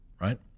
right